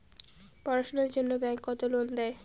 পড়াশুনার জন্যে ব্যাংক কত টাকা লোন দেয়?